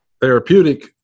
therapeutic